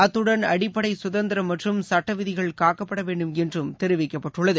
அத்தடன் அடிப்படை கதந்திரம் மற்றும் சுட்ட விதிகள் காக்கப்பட வேண்டும் என்றும் தெரிவிக்கப்பட்டுள்ளது